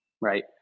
right